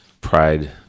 pride